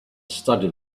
studied